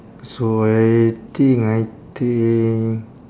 so I think I think